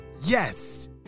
Yes